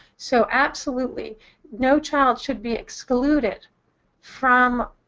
so absolutely no child should be excluded from